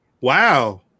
wow